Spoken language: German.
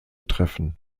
treffen